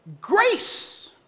Grace